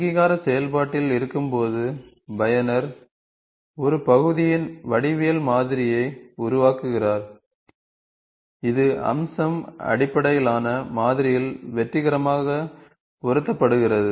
அங்கீகார செயல்பாட்டில் இருக்கும்போது பயனர் ஒரு பகுதியின் வடிவியல் மாதிரியை உருவாக்குகிறார் இது அம்சம் அடிப்படையிலான மாதிரியில் வெற்றிகரமாக பொருத்தப்படுகிறது